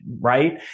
right